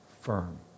firm